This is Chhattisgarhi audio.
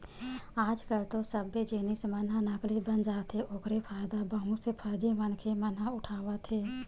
आज कल तो सब्बे जिनिस मन ह नकली बन जाथे ओखरे फायदा बहुत से फरजी मनखे मन ह उठावत हे